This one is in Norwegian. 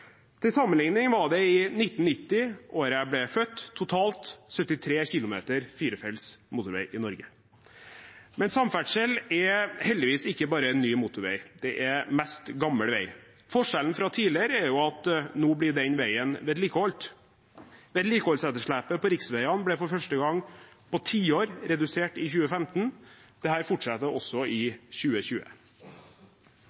Til sammenligning var det i 1990, året jeg ble født, totalt 73 kilometer firefelts motorvei i Norge. Men samferdsel er heldigvis ikke bare ny motorvei, det er mest gammel vei. Forskjellen fra tidligere er at nå blir den veien vedlikeholdt. Vedlikeholdsetterslepet på riksveiene ble for første gang på tiår redusert i 2015. Dette fortsetter også i